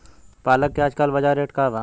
पालक के आजकल बजार रेट का बा?